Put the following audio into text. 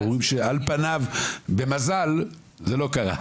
והם אומרים שעל-פניו במזל זה לא קרה.